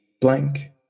blank